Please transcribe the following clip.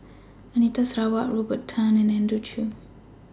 Anita Sarawak Robert Tan and Andrew Chew